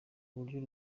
uburyo